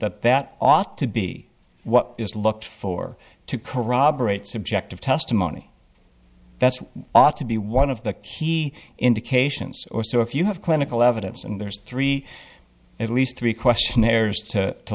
that that ought to be what is looked for to corroborate subjective testimony that's ought to be one of the key indications or so if you have clinical evidence and there's three at least three questionnaires to